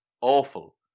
awful